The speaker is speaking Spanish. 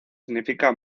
significa